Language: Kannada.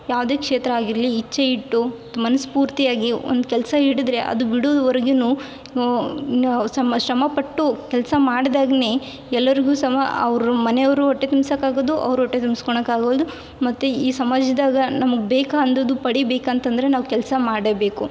ಯಾವುದೇ ಕ್ಷೇತ್ರ ಆಗಿರಲಿ ಇಚ್ಛೆ ಇಟ್ಟು ಮನ್ಸುಪೂರ್ತಿಯಾಗಿ ಒಂದು ಕೆಲಸ ಹಿಡಿದರೆ ಅದು ಬಿಡುವರೆಗೂ ಸಮ ಶ್ರಮಪಟ್ಟು ಕೆಲಸ ಮಾಡಿದಾಗ್ಲೇ ಎಲ್ಲರಿಗೂ ಸಮ ಅವ್ರ ಮನೆಯವರು ಹೊಟ್ಟೆ ತುಂಬ್ಸಕ್ಕೆ ಆಗೋದು ಅವ್ರು ಹೊಟ್ಟೆ ತುಂಬ್ಸ್ಕೊಳಕ್ ಆಗೊದು ಮತ್ತು ಈ ಸಮಾಜದಾಗ ನಮಗೆ ಬೇಕು ಅಂದದ್ದು ಪಡಿಬೇಕು ಅಂತಂದ್ರೆ ನಾವು ಕೆಲಸ ಮಾಡಬೇಕು